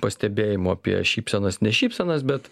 pastebėjimų apie šypsenas ne šypsenas bet